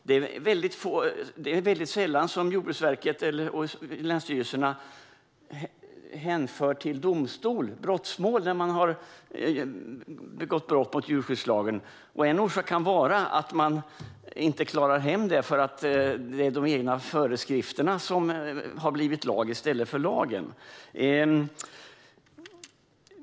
Det är väldigt sällan som Jordbruksverket och länsstyrelserna hänför mål till domstol där brott mot djurskyddslagen har begåtts. En orsak till det kan vara att man inte klarar hem det för att det är de egna föreskrifterna som har blivit lag i stället för lagen.